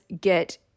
get